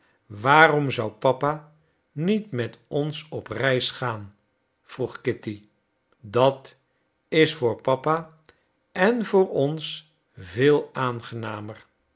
waarom zou papa niet met ons op reis gaan vroeg kitty dat is voor papa en voor ons veel aangenamer